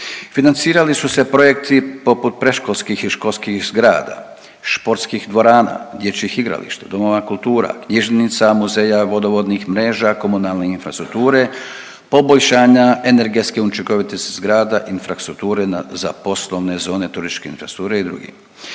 Financirali su se projekti poput predškolskih i školskih zgrada, športskih dvorana, dječjih igrališta, domova kultura, knjižnica, muzeja, vodovodnih mreža, komunalne infrastrukture, poboljšanja energetske učinkovitosti zgrada, infrastrukture za poslovne zone, turističke infrastrukture i drugi.